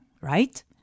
right